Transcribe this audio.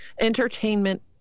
entertainment